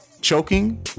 choking